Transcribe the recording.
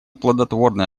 плодотворное